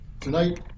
tonight